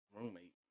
roommate